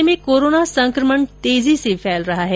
राज्य में कोरोना संकमण तेजी से फैल रहा है